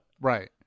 Right